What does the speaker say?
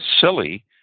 silly